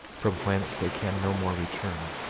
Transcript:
from whence they can no more return,